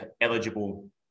eligible